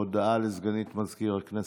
הודעה לסגנית מזכיר הכנסת.